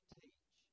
teach